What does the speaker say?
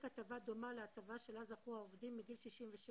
הטבה דומה להטבה שלה זכו העובדים מגיל 67,